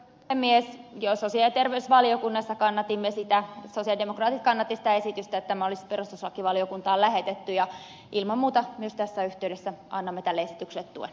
jo sosiaali ja terveysvaliokunnassa sosialidemokraatit kannattivat sitä esitystä että tämä olisi perustuslakivaliokuntaan lähetetty ja ilman muuta myös tässä yhteydessä annamme tälle esitykselle tuen